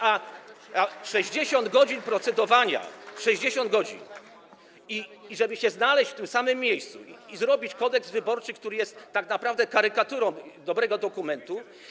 A 60 godzin procedowania... 60 godzin, żeby się znaleźć w tym samym miejscu i zrobić Kodeks wyborczy, który jest tak naprawdę karykaturą dobrego dokumentu?